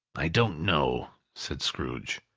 i don't know, said scrooge.